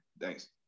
thanks